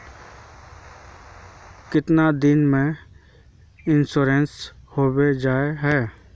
कीतना दिन में इंश्योरेंस होबे जाए है?